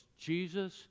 Jesus